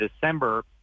December